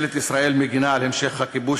ממשלת ישראל מגִנה על המשך הכיבוש